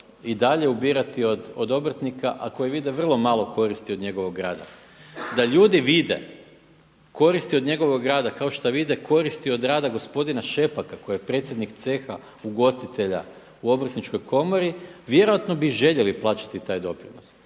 i dalje ubirati od obrtnika, a koji vide vrlo malo koristi od njegovog rada. Da ljudi vide koristi od njegovog rada kao što vide koristi od rada gospodina Šepaka koji je predsjednik Ceha ugostitelja u Obrtničkoj komori vjerojatno bi željeli plaćati taj doprinos.